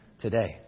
today